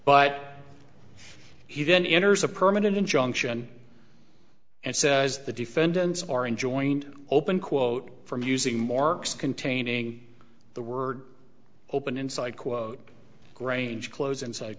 enters a permanent injunction and says the defendants are enjoined open quote from using more containing the word open inside quote grange close inside